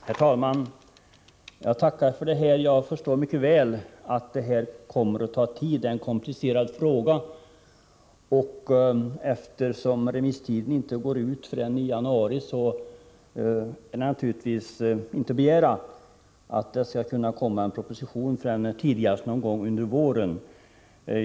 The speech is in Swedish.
Herr talman! Jag tackar även för detta. Jag förstår mycket väl att det hela kommer att ta tid; det är en komplicerad fråga. Eftersom remisstiden inte går ut förrän i januari kan man naturligtvis inte begära att en proposition skall vara färdig förrän tidigast någon gång under våren.